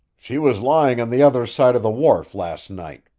she was lying on the other side of the wharf last night.